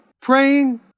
praying